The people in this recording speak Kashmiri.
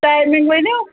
ٹایمِنٛگ ؤنِو